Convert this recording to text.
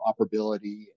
operability